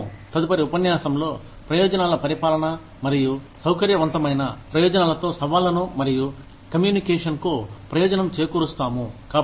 మేము తదుపరి ఉపన్యాసంలో ప్రయోజనాల పరిపాలన మరియు సౌకర్యవంతమైన ప్రయోజనాలతో సవాళ్ళను మరియు కమ్యూనికేషన్ కు ప్రయోజనం చేకూరుస్తాము